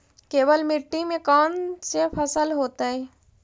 केवल मिट्टी में कौन से फसल होतै?